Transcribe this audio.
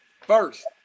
First